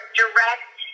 direct